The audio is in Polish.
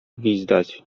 gwizdać